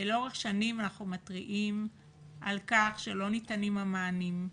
לאורך שנים אנחנו מתריעים על כך שלא ניתנים המענים,